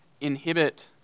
inhibit